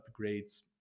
upgrades